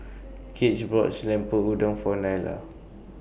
Gage bought Lemper Udang For Nyla